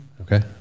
Okay